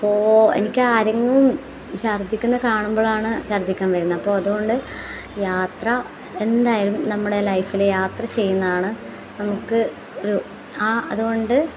അപ്പോൾ എനിക്ക് ആരെങ്ങും ഛർദ്ദിക്കുന്നത് കാണുമ്പോഴാണ് ഛർദ്ദിക്കാൻ വരുന്നത് അപ്പോൾ അതുകൊണ്ട് യാത്ര എന്തായാലും നമ്മുടെ ലൈഫിൽ യാത്ര ചെയ്യുന്നതാണ് നമുക്ക് ഒരു ആ അതുകൊണ്ട്